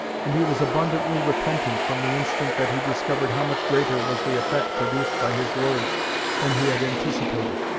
and he was abundantly repentant from the instant that he discovered how much greater was the effect produced by his words than he had anticipated.